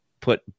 put